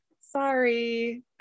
Sorry